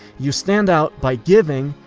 you stand out by giving,